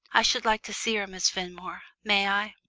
i should like to see her, miss fenmore. may i?